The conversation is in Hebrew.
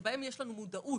שבהם יש לנו מודעות